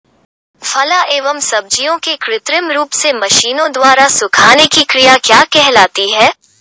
फलों एवं सब्जियों के कृत्रिम रूप से मशीनों द्वारा सुखाने की क्रिया क्या कहलाती है?